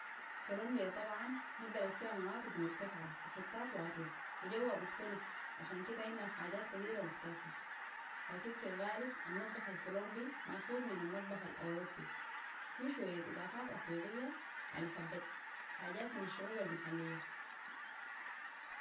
كولومبيا طبعا هي بلد فيها مناطق مرتفعة وحتات واطيه وجوها مختلف عشان كده عندهم حاجات كثيرة مختلفة لكن في الغالب المطبخ الكولومبي ماخود من المطبخ الأوروبي وفيه شوية إضافات أفريقية على حبات حاجات من الشعوبة المحلية